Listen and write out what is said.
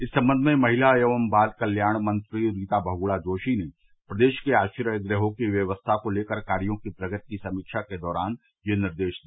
इस संबंध में महिला एवं बाल कत्याण मंत्री रीता बहुगुणा जोशी ने प्रदेश के आश्रय गृहों की व्यक्स्थाओं को लेकर कार्यो की प्रगति की समीक्षा के दौरान यह निर्देश दिया